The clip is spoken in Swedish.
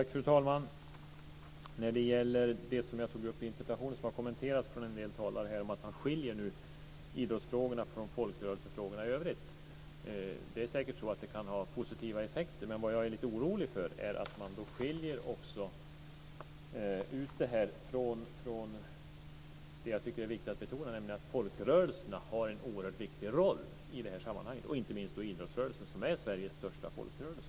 Fru talman! När det gäller det som jag tog upp i interpellationen, som har kommenterats av en del talare, om att man nu skiljer idrottsfrågorna från folkrörelsefrågorna i övrigt kan det säkert ha positiva effekter. Men jag är lite orolig för att man då också skiljer ut de frågorna från det som är viktigt att betona, nämligen att folkrörelserna har en viktig roll i det här sammanhanget - inte minst idrottsrörelsen, som är Sveriges största folkrörelse.